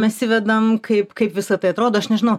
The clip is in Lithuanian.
mes įvedam kaip kaip visa tai atrodo aš nežinau